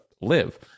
live